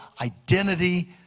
identity